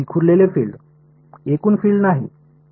विखुरलेले फील्ड एकूण फील्ड नाही